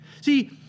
See